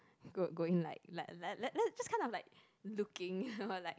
we're going like like like it's kind of like looking kind of like